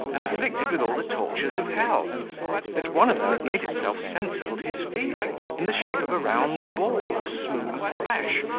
and afflicted with all the tortures of hell that one of them had made itself sensible to his feeling, in the shape of a round ball of smooth flesh,